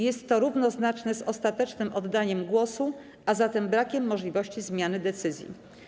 Jest to równoznaczne z ostatecznym oddaniem głosu, a zatem brakiem możliwości zmiany decyzji.